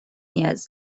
نیاز